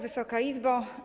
Wysoka Izbo!